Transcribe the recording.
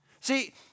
See